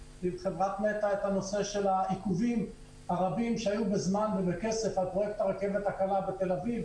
בנושא העיכובים הרבים שהיו בזמן ובכסף בפרויקט הרכבת הקלה בתל-אביב.